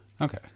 Okay